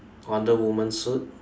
Wonderwoman suit